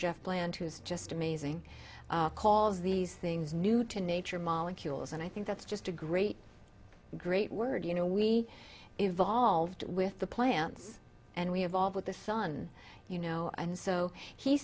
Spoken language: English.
jeff bland who's just amazing calls these things new to nature molecules and i think that's just a great great word you know we evolved with the plants and we evolve with the sun you know and so he